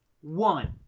one